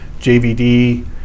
JVD